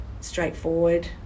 straightforward